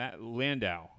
Landau